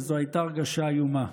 וזו הייתה הרגשה איומה.